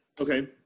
Okay